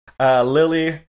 Lily